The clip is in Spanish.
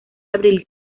abril